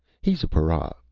he's a para.